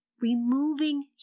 Removing